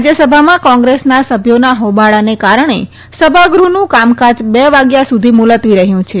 રાજ્ય સભામાં કોંગ્રેસના સભ્યોના હોબાળાને કારણે સભાગૃહનું કામકાજ બે વાગ્યા સુધી મુલત્વી રહ્યું છે